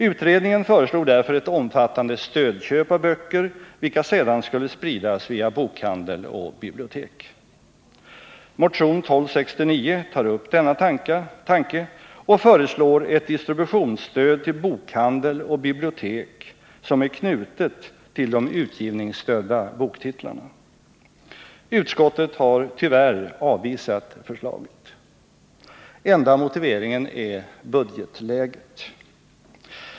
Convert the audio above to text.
Utredningen föreslog därför ett omfattande stödköp av böcker, vilka sedan skulle spridas via bokhandel och bibliotek. Motion 1269 tar upp denna tanke och föreslår ett distributionsstöd till bokhandel och bibliotek, som är knutet till de utgivningsstödda boktitlarna. Utskottet har tyvärr avvisat förslaget. Enda motiveringen är budgetläget.